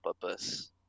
purpose